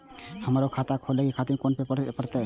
हमरो खाता खोले के खातिर कोन पेपर दीये परतें?